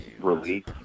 relief